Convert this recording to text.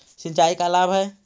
सिंचाई का लाभ है?